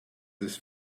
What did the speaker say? this